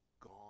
gone